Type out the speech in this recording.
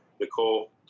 Nicole